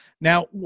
Now